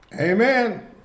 Amen